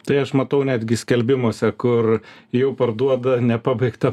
tai aš matau netgi skelbimuose kur jau parduoda nepabaigtą